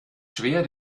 schwer